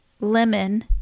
lemon